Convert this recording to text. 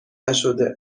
نشده